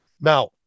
Now